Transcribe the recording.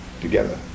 together